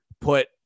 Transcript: put